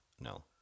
No